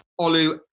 Olu